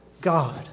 God